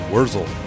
Wurzel